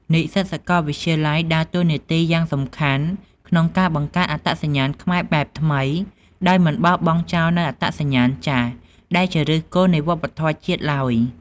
និស្សិតសាកលវិទ្យាល័យដើរតួនាទីយ៉ាងសំខាន់ក្នុងការបង្កើត អត្តសញ្ញាណខ្មែរបែបថ្មី ដោយមិនបោះបង់ចោលនូវ អត្តសញ្ញាណចាស់ ដែលជាឫសគល់នៃវប្បធម៌ជាតិឡើយ។